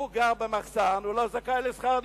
וגם ההוא שגר במחסן, הוא לא זכאי לשכר דירה.